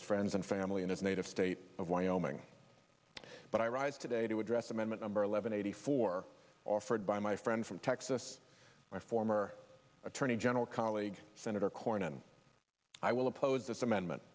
his friends and family in his native state of wyoming but i rise today to address amendment number eleven eighty four offered by my friend from texas my former attorney general colleague senator cornyn i will oppose th